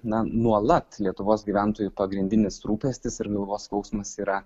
na nuolat lietuvos gyventojų pagrindinis rūpestis ir galvos skausmas yra